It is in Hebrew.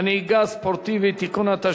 הנהיגה הספורטיבית (תיקון),